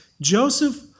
Joseph